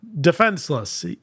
defenseless